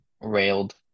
railed